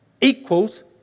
equals